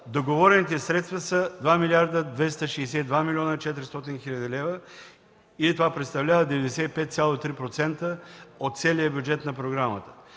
Договорените средства са 2 млрд. 262 млн. 400 хил. лв. и това представлява 95,3% от целия бюджет на програмата.